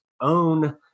own